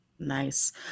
nice